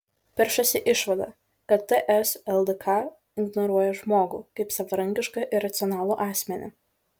peršasi išvada kad ts ldk ignoruoja žmogų kaip savarankišką ir racionalų asmenį